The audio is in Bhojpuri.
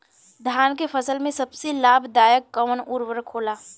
धान के फसल में सबसे लाभ दायक कवन उर्वरक होला?